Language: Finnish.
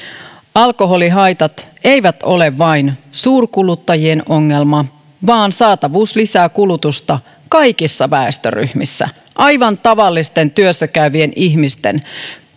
alkoholihaitat eivät ole vain suurkuluttajien ongelma vaan saatavuus lisää kulutusta kaikissa väestöryhmissä aivan tavallisten työssä käyvien ihmisten